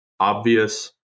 Obvious